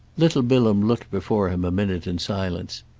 little bilham looked before him a minute in silence.